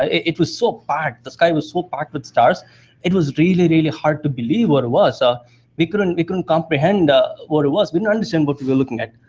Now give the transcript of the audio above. it was so packed, the sky was so packed with stars it was really, really hard to believe what it was. ah we couldn't we couldn't comprehend ah what it was. we didn't understand what we were looking at.